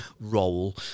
role